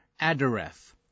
Adareth